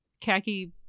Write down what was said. khaki